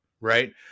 right